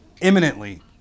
imminently